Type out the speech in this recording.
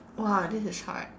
!wah! this is hard